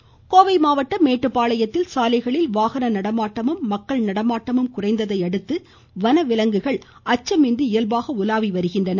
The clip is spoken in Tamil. வனவிலங்கு கோவை மாவட்டம் மேட்டுப்பாளையத்தில் சாலைகளில் வாகன நடமாட்டமும் மக்கள் நடமாட்டமும் குறைந்ததை அடுத்து வனவிலங்குள் அச்சமின்றி இயல்பாக உலாவி வருகின்றன